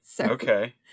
Okay